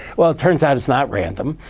well, it turns out it's not random.